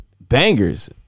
bangers